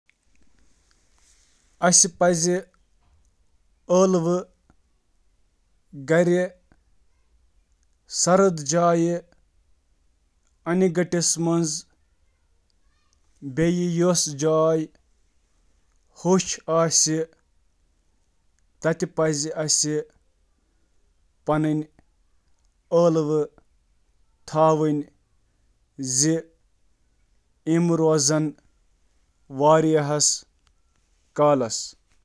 واریاہس کالس آلو ذخیرٕ کرنہٕ خٲطرٕ ہیٚکِو تُہۍ ہیٚکِو: أکِس سرد تہٕ گرٛہنہِ جایہِ تھٲوِو، تِم تھٲوِو خۄشٕک، أکِس ہوادار ڈبہٕ منٛز تھٲوِو، تِم تھٲوِو گنڈٕ نِش دوٗر، تِم مَہ کٔرِو ریفریجر، تِم تھٲیِو گاشہٕ نِش دوٗر تہٕ باقٕے ۔